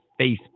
Facebook